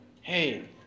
Hey